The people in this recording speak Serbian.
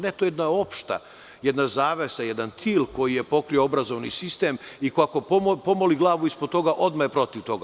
Ne, to je jedna opšta, jedna zavesa, jedan til koji je pokrio obrazovni sistem i kako ko pomoli glavu ispod toga, odmah je protiv toga.